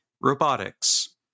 robotics